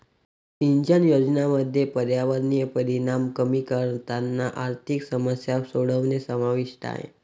सिंचन योजनांमध्ये पर्यावरणीय परिणाम कमी करताना आर्थिक समस्या सोडवणे समाविष्ट आहे